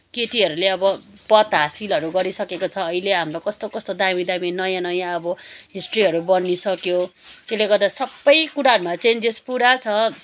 केटीहरूले अब पद हासिलहरू गरिसकेको छ अहिले हाम्रो कस्तो कस्तो दामी दामी नयाँ नयाँ अब हिस्ट्रीहरू बनिसक्यो त्यसले गर्दा सबै कुराहरूमा चाहिँ चेन्जेस पुरा छ